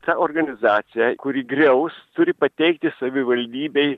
ta organizacija kuri griaus turi pateikti savivaldybei